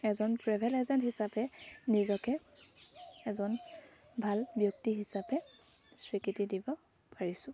এজন travel agent হিচাপে নিজকে এজন ভাল ব্যক্তি হিচাপে স্বীকৃতি দিব পাৰিছোঁ